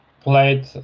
played